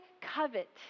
covet